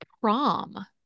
prom